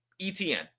Etn